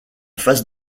phase